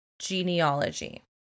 genealogy